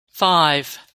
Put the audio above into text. five